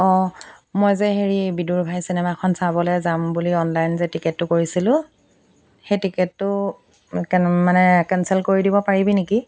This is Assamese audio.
অ' মই যে হেৰি বিদুৰ ভাই চিনেমাখন চাবলৈ যাম বুলি অনলাইন যে টিকেটটো কৰিছিলোঁ সেই টিকেটটো কেন মানে কেঞ্চেল কৰি দিব পাৰিবি নেকি